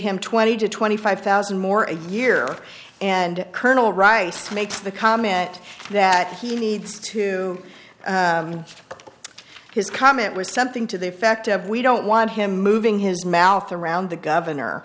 him twenty to twenty five thousand more a year and colonel rice makes the comment that he needs to his comment was something to the effect of we don't want him moving his mouth around the governor